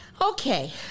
Okay